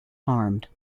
harmed